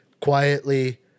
quietly